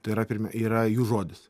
tai yra pirme yra jų žodis